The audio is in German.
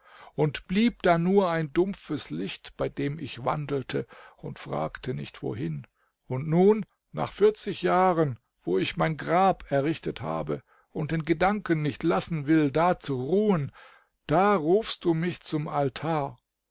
und blieb da nur ein dumpfes licht bei dem ich wandelte und fragte nicht wohin und nun nach vierzig jahren wo ich mein grab errichtet habe und den gedanken nicht lassen will da zu ruhen da rufst du mich zum altar